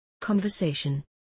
conversation